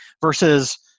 versus